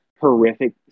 horrific